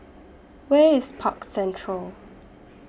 Where IS Park Central